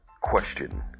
question